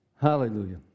Hallelujah